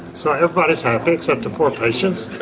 so everybody's happy, except the poor patients.